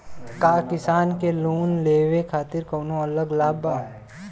का किसान के लोन लेवे खातिर कौनो अलग लाभ बा?